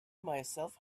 myself